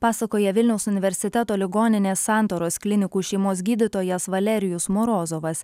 pasakoja vilniaus universiteto ligoninės santaros klinikų šeimos gydytojas valerijus morozovas